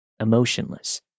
Emotionless